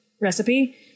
recipe